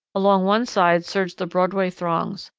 along one side surge the broadway throngs.